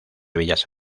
bellas